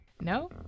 no